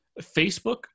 Facebook